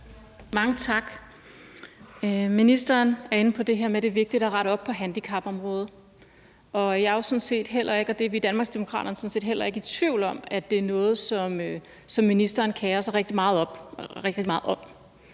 Mange tak. Ministeren er inde på det her med, at det er vigtigt at rette op på handicapområdet. Og jeg og vi i Danmarksdemokraterne er sådan set heller ikke i tvivl om, at det er noget, som ministeren kerer sig rigtig meget om,